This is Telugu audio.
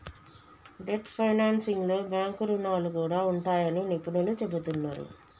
డెట్ ఫైనాన్సింగ్లో బ్యాంకు రుణాలు కూడా ఉంటాయని నిపుణులు చెబుతున్నరు